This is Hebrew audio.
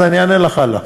אני אענה לך הלאה.